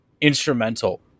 instrumental